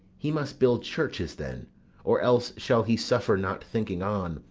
he must build churches then or else shall he suffer not thinking on,